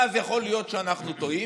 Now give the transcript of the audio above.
ואז יכול להיות שאנחנו טועים,